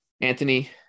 Anthony